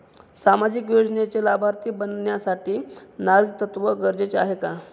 सामाजिक योजनेचे लाभार्थी बनण्यासाठी नागरिकत्व गरजेचे आहे का?